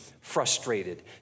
frustrated